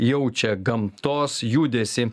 jaučia gamtos judesį